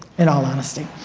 and all honesty.